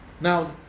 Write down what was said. now